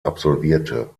absolvierte